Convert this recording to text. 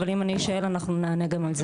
אבל אם אני אשאל אנחנו נענה גם על זה.